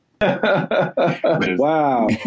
Wow